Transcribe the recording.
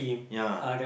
ya